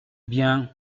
bien